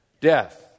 death